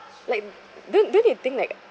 like don't don't you think like